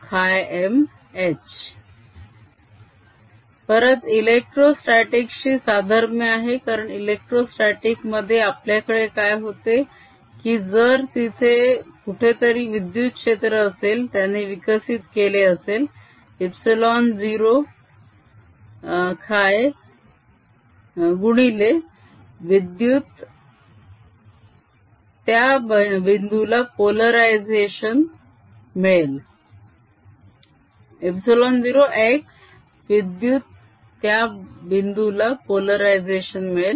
MMH परत इलेक्टोस्टटीकशी साधर्म्य आहे कारण इलेक्ट्रोस्टटीक मध्ये आपल्याकडे काय होते की जर तिथे कुठेतरी विद्युत क्षेत्र असेल त्याने विकसित केले असेल ε0 χ विद्युत त्या बिंदुला पोलरायझेशन मिळेल